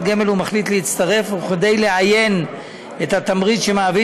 גמל הוא מחליט להצטרף וכדי לאיין את התמריץ שמעביד